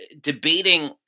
debating